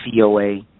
COA